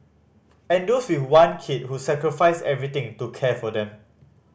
and those with one kid who sacrificed everything to care for them